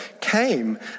came